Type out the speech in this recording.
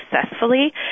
successfully